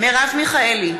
מרב מיכאלי,